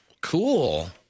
Cool